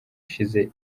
ishize